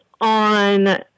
on